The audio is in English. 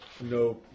no